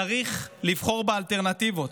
צריך לבחור באלטרנטיבות.